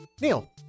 neil